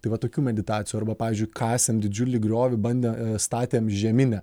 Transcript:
tai va tokių meditacijų arba pavyzdžiui kasėm didžiulį griovį bandė statėm žeminę